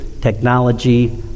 technology